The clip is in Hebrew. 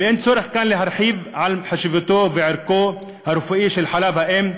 ואין צורך להרחיב כאן על חשיבותו וערכו הרפואי של חלב האם,